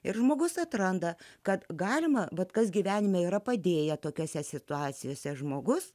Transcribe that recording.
ir žmogus atranda kad galima bet kas gyvenime yra padėję tokiose situacijose žmogus